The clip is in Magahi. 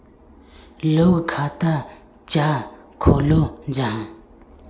लोग खाता चाँ खोलो जाहा?